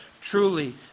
Truly